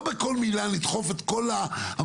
לא בכל מילה נדחף את המאוויים.